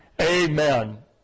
Amen